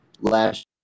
last